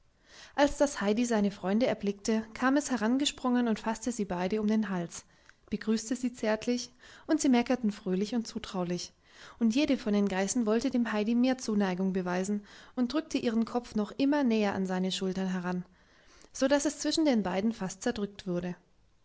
als das heidi seine freunde erblickte kam es herangesprungen und faßte sie beide um den hals begrüßte sie zärtlich und sie meckerten fröhlich und zutraulich und jede von den geißen wollte dem heidi mehr zuneigung beweisen und drückte ihren kopf noch immer näher an seine schultern heran so daß es zwischen den zweien fast zerdrückt wurde